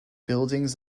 buildings